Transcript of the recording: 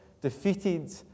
defeated